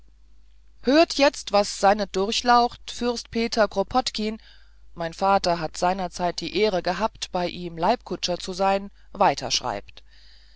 hört jetzt was seine durchlaucht fürst peter kropotkin mein vater hat seinerzeit die ehre gehabt bei ihm leibkutscher zu sein weiter schreibt